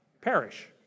perish